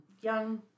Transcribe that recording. young